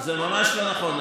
זה ממש לא נכון.